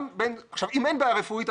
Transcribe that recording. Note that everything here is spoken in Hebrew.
כשאין בעיה רפואית,